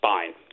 Fine